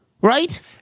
right